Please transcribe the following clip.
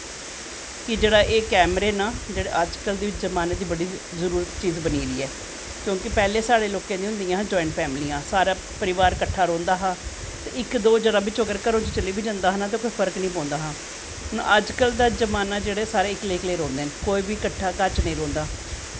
कि एह् जेह्ड़े कैमरे न जेह्ड़े अजकल दे जमानें दी बड़ी जरूरत चीज़ बनी गेदी ऐ क्योंकि पैह्लैं साढ़े लोकें दियां होंदिया हां जवाईंट फैमलियां सारा परिवार कट्ठा ररौंह्दा हा ते इक दो जनां बिच्चों घरों चली बी जंदा हा तां कोई फर्क नी पौंदा हा हून अज्ज कल दा जमाना हून सारे इक्कले इक्कले रौंह्दे न कोई बी कट्ठा घर च नी रौंह्दा